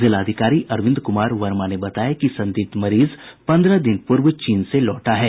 जिलाधिकारी अरविंद कुमार वर्मा ने बताया कि संदिग्ध मरीज पन्द्रह दिन पूर्व चीन से लौटा है